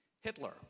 Hitler